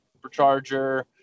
supercharger